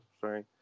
sorry